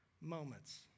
moments